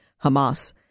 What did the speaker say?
Hamas